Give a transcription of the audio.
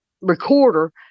recorder